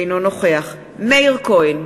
אינו נוכח מאיר כהן,